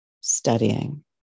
studying